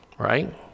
Right